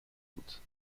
doute